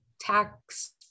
tax